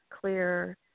clear